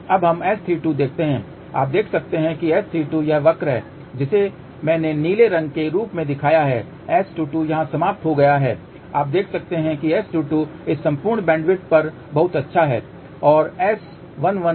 अब हम S32 देखते हैं आप देख सकते हैं S32 यह वक्र है जिसे मैंने नीले रंग के रूप में दिखाया है S22 यहां समाप्त हो गया है आप देख सकते हैं कि S22 इस संपूर्ण बैंडविड्थ पर बहुत अच्छा है